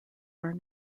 are